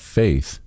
faith